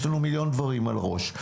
יש לנו מיליון דברים על הראש.